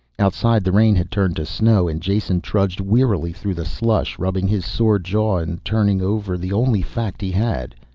outside the rain had turned to snow and jason trudged wearily through the slush, rubbing his sore jaw and turning over the only fact he had.